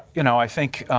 you know, i think